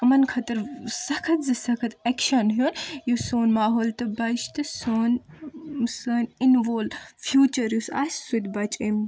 یِمن خٲطر سخت زِ سخت اٮ۪کشن ہیٚون یُس سون ماحول تہٕ بچہِ تہٕ سون سٲنۍ یِن وول فیوٗچر یُس آسہِ سُہ تہِ بچہِ